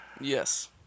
yes